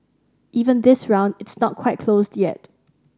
even this round it's not quite closed yet